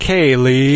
Kaylee